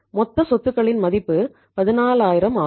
மொத்த சொத்துக்களின் மதிப்பு 14000 ஆகும்